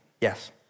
Yes